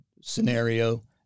scenario